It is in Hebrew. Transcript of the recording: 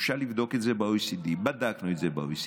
ואפשר לבדוק את זה ב-OECD, בדקנו את זה ב-OECD,